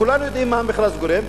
כולנו יודעים מה המכרז גורם.